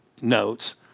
notes